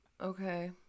Okay